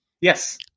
Yes